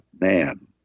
man